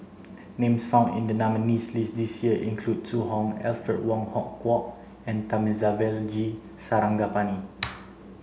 names found in the nominees' list this year include Zhu Hong Alfred Wong Hong Kwok and Thamizhavel G Sarangapani